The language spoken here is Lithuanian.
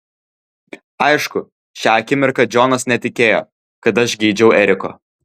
aišku šią akimirką džonas netikėjo kad aš geidžiau eriko